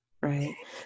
right